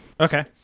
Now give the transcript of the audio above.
Okay